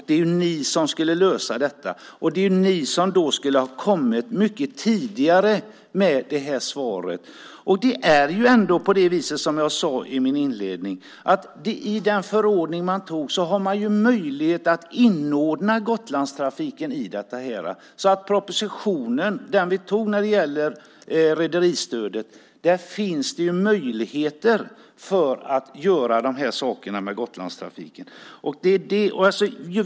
Det är alltså ni som ska lösa den, och ni borde ha gett svaret mycket tidigare. Som jag sade i min inledning har man i den förordning som antogs möjlighet att inordna Gotlandstrafiken. Det finns alltså möjlighet att, genom den proposition som vi antog beträffande rederistödet, göra detta för Gotlandstrafiken.